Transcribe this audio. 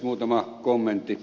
muutama kommentti